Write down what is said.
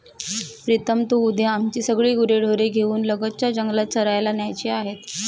प्रीतम तू उद्या आमची सगळी गुरेढोरे घेऊन लगतच्या जंगलात चरायला न्यायची आहेत